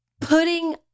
putting